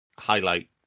highlight